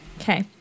Okay